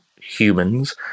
humans